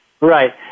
Right